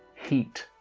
heat,